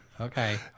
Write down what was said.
okay